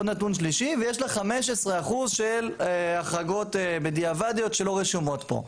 ויש לה 15% של החרגות בדיעבדיות שלא רשומות פה,